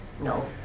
No